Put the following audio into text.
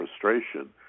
frustration